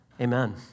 Amen